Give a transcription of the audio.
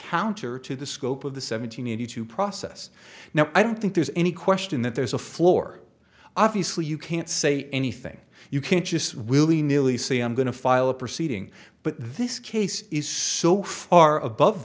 counter to the scope of the seven hundred eighty two process now i don't think there's any question that there's a floor obviously you can't say anything you can't just willy nilly say i'm going to file a proceeding but this case is so far above